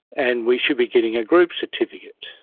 and we should be getting a group certificate,